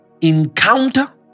encounter